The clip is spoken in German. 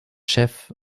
chef